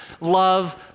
love